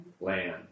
land